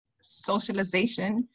socialization